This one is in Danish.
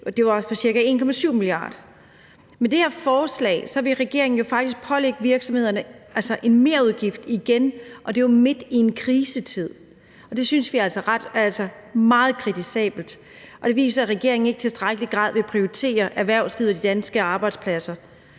Det var ca. 1,7 mia. kr. Med det her forslag vil regeringen jo faktisk pålægge virksomhederne en merudgift igen, og det er jo midt i en krisetid. Det synes vi altså er meget kritisabelt, og det viser, at regeringen ikke i tilstrækkelig grad vil prioritere erhvervslivet og de danske arbejdspladser,